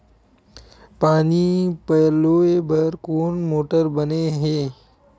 पानी पलोय बर कोन मोटर बने हे?